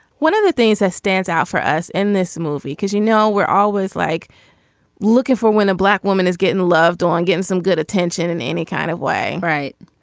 one of the things that stands out for us in this movie because you know we're always like looking for when a black woman is getting loved on getting some good attention and any kind of way. right.